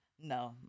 No